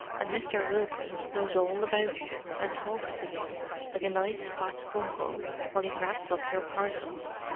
and mr. wilkins knows all about you, and talks to you like a nice fat uncle while he wraps up your parcels.